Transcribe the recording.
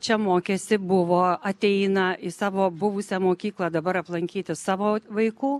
čia mokėsi buvo ateina į savo buvusią mokyklą dabar aplankyti savo vaikų